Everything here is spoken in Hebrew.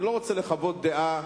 אני לא רוצה לחוות דעה